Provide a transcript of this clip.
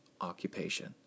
occupation